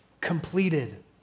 completed